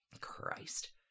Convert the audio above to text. Christ